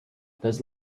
those